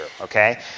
okay